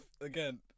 Again